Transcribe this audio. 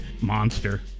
Monster